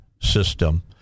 system